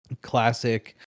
classic